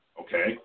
Okay